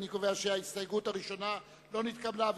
האיחוד הלאומי לסעיף 141 לא נתקבלה.